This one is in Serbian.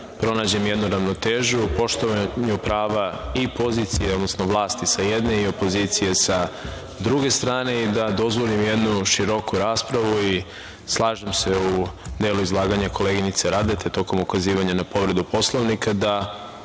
pronađem jednu ravnotežu u poštovanju prava i pozicije, odnosno vlasti, sa jedne, i opozicije, sa druge strane i da dozvolim jednu široku raspravu. Slažem se u delu izlaganja koleginice Radete tokom ukazivanja na povredu Poslovnika da